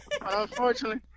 unfortunately